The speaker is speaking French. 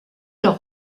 leur